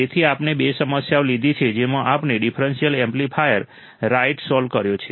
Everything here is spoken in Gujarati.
તેથી આપણે બે સમસ્યાઓ લીધી છે જેમાં આપણે ડિફરન્સિયલ એમ્પ્લીફાયર રાઇટ સોલ્વ કર્યો છે